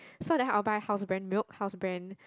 so then I will buy house brand milk house brand